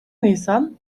nisan